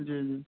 जी जी